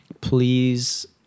please